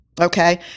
Okay